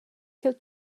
ch’el